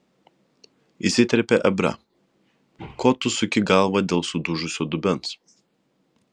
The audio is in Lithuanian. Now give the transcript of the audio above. įsiterpė ebrą ko tu suki galvą dėl sudužusio dubens